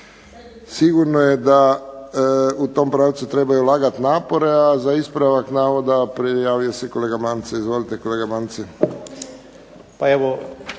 sigurno je da u tom pravcu treba i ulagati napore. A za ispravak prijavio se kolega Mance. Izvolite kolega Mance.